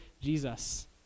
Jesus